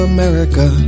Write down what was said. America